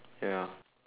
ya